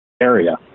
area